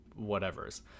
whatevers